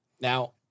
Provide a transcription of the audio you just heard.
Now